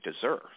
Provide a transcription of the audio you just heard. deserve